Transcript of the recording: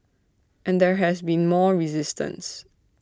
and there has been more resistance